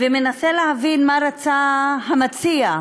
ומנסה להבין מה רצה המציע,